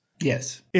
Yes